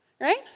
Right